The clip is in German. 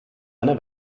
eine